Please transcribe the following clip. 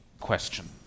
question